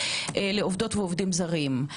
לעובדות ועובדים זרים.